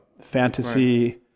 fantasy